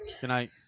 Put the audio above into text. Goodnight